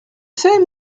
sais